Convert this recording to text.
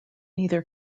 either